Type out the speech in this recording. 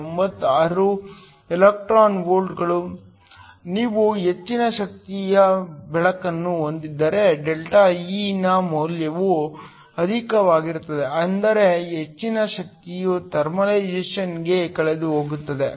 96 electron ವೋಲ್ಟ್ಗಳು ನೀವು ಹೆಚ್ಚಿನ ಶಕ್ತಿಯ ಬೆಳಕನ್ನು ಹೊಂದಿದ್ದರೆ ΔE ನ ಮೌಲ್ಯವು ಅಧಿಕವಾಗಿರುತ್ತದೆ ಅಂದರೆ ಹೆಚ್ಚಿನ ಶಕ್ತಿಯು ಥರ್ಮಲೈಸೇಶನ್ಗೆ ಕಳೆದುಹೋಗುತ್ತದೆ